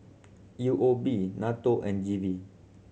U O B NATO and G V